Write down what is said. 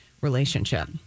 relationship